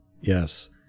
Yes